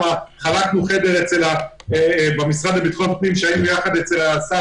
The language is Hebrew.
חלקנו חדר במשרד לביטחון פנים כשהיינו יחד אצל השר